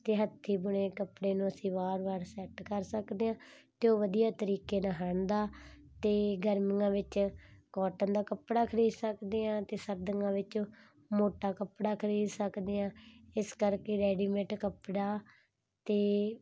ਅਤੇ ਹੱਥੀਂ ਬੁਣੇ ਕੱਪੜੇ ਨੂੰ ਅਸੀਂ ਵਾਰ ਵਾਰ ਸੈੱਟ ਕਰ ਸਕਦੇ ਹਾਂ ਤਾਂ ਉਹ ਵਧੀਆ ਤਰੀਕੇ ਨਾਲ ਹੰਢਦਾ ਅਤੇ ਗਰਮੀਆਂ ਵਿੱਚ ਕਾਟਨ ਦਾ ਕੱਪੜਾ ਖਰੀਦ ਸਕਦੇ ਹਾਂ ਅਤੇ ਸਰਦੀਆਂ ਵਿੱਚ ਮੋਟਾ ਕੱਪੜਾ ਖਰੀਦ ਸਕਦੇ ਹਾਂ ਇਸ ਕਰਕੇ ਰੈਡੀਮੇਟ ਕੱਪੜਾ ਅਤੇ